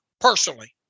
personally